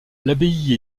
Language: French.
l’abbaye